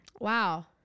wow